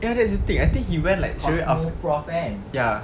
ya that's the thing I think he went like straightaway after ya